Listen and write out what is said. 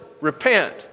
Repent